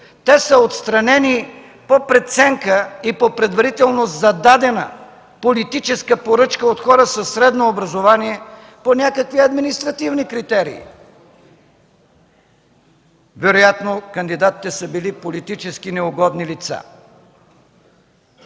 а са отстранени по преценка и по предварително зададена политическа поръчка от хора със средно образование по някакви административни критерии! Вероятно кандидатите са били политически неугодни лица.